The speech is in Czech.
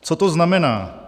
Co to znamená?